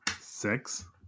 six